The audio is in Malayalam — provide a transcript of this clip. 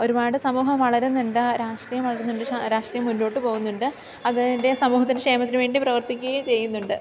ഒരുപാട് സമൂഹം വളരുന്നുണ്ട് രാഷ്ട്രീയം വളരുന്നുണ്ട് പക്ഷേ ആ രാഷ്ട്രീയം മുന്നോട്ട് പോവുന്നുണ്ട് അതിൻ്റെ സമൂഹത്തിൻ്റെ ക്ഷേമത്തിനുവേണ്ടി പ്രവർത്തിക്കുകയും ചെയ്യുന്നുണ്ട്